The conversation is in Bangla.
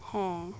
হ্যাঁ